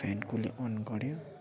fan कसले अन गऱ्यो